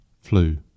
flu